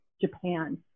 Japan